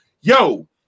Yo